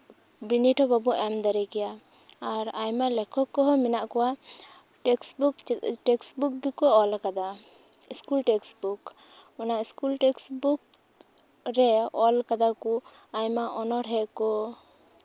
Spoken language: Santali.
ᱵᱤᱱᱤᱰ ᱦᱚᱸ ᱵᱟᱵᱚ ᱮᱢ ᱫᱟᱲᱮ ᱠᱮᱭᱟ ᱟᱨ ᱟᱭᱢᱟ ᱞᱮᱠᱷᱚᱠ ᱠᱚᱦᱚᱸ ᱢᱮᱱᱟᱜ ᱠᱚᱣᱟ ᱴᱮᱠᱥᱴᱵᱩᱠ ᱴᱮᱠᱥᱴᱵᱩᱠ ᱜᱮᱠᱚ ᱚᱞ ᱠᱟᱫᱟ ᱥᱠᱩᱞ ᱴᱮᱠᱥᱴᱵᱩᱠ ᱚᱱᱟ ᱥᱠᱩᱞ ᱴᱮᱠᱥᱴᱵᱩᱠ ᱨᱮ ᱚᱞ ᱠᱟᱫᱟ ᱠᱚ ᱟᱭᱢᱟ ᱚᱱᱚᱲᱦᱮᱸ ᱠᱚ